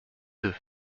deux